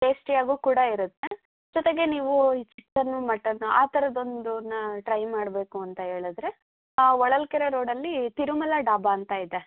ಟೇಸ್ಟಿಯಾಗೂ ಕೂಡ ಇರುತ್ತೆ ಜೊತೆಗೆ ನೀವು ಈ ಚಿಕನ್ನು ಮಟನ್ನು ಆ ಥರದ್ದು ಒಂದು ಟ್ರೈ ಮಾಡಬೇಕು ಅಂತ ಹೇಳದ್ರೆ ಹೊಳಲ್ ಕೆರೆ ರೋಡಲ್ಲಿ ತಿರುಮಲ ಡಾಬಾ ಅಂತ ಇದೆ